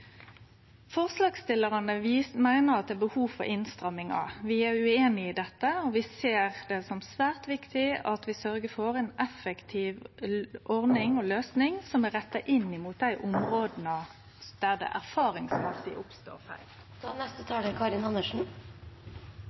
Forslagsstillarane meiner at det er behov for innstrammingar. Vi er ueinige i dette, og vi ser det som svært viktig at vi sørgjer for ei effektiv ordning og løysing som er retta inn mot dei områda der det erfaringsmessig oppstår feil.